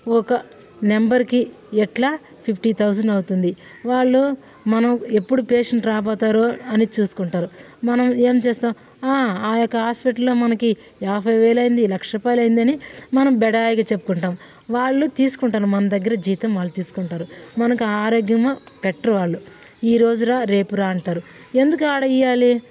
ఒక నంబర్కి ఎట్లా ఫిఫ్టీ థౌసండ్ అవుతుంది వాళ్ళు మనం ఎప్పుడు పేషంట్ రాబోతారో అని చూసుకుంటారు మనం ఏం చేస్తాం ఆ యొక్క హాస్పిటల్లో మనకి యాభై వేలు అయింది లక్ష రూపాయలు అయ్యిందని మనం బడాయిగా చెప్పుకుంటాం వాళ్ళు తీసుకుంటారు మన దగ్గర జీతం వాళ్ళు తీసుకుంటారు మనకు ఆరోగ్యం పెట్టరు వాళ్ళు ఈ రోజు రా రేపు రా అంటారు ఎందుకు ఆడ ఇయ్యాలి